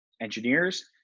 engineers